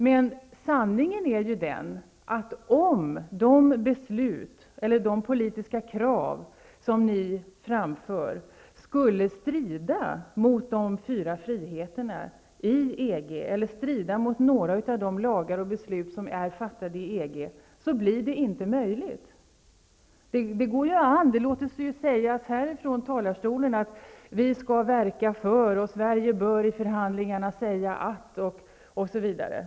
Men sanningen är att om de politiska krav som ni framför skulle strida mot de fyra friheterna i EG eller strida mot några av de lagar och beslut som är fattade i EG, så blir det inte möjligt att genomföra dem. Det låter sig sägas från talarstolen här att vi skall verka för, och Sverige bör i förhandlingarna säga att osv.